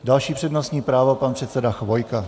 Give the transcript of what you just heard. Další přednostní právo, pan předseda Chvojka.